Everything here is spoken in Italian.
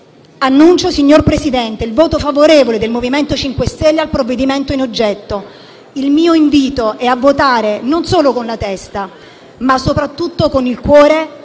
Dichiaro, signor Presidente, il voto favorevole del Movimento 5 Stelle al provvedimento in oggetto. Il mio invito è a votare non solo con la testa, ma soprattutto con il cuore che